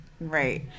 Right